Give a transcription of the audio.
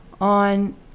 on